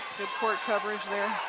good court coverage there.